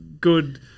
good